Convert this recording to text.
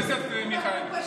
הוא,